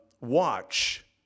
watch